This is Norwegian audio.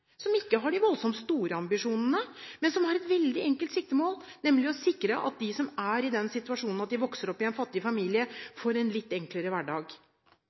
som ikke har de voldsomt store ambisjonene, men som har et veldig enkelt siktemål, nemlig å sikre at de som er i den situasjonen at de vokser opp i en fattig familie, får en litt enklere hverdag.